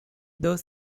those